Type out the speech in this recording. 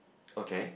okay